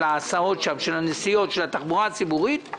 מן הנסיעות של התחבורה הציבורית,